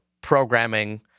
programming